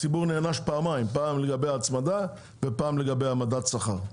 הציבור נענש פעמיים: פעם לגבי ההצמדה ופעם לגבי מדד השכר.